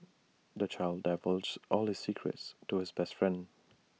the child divulged all his secrets to his best friend